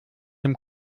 dem